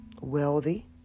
wealthy